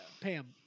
Pam